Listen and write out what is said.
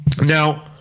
Now